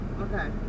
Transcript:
Okay